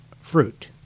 fruit